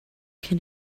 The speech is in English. can